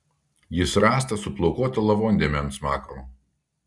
jis rastas su plaukuota lavondėme ant smakro